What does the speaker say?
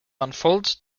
unfold